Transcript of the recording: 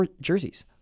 jerseys